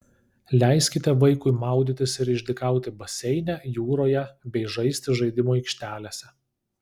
leiskite vaikui maudytis ir išdykauti baseine jūroje bei žaisti žaidimų aikštelėse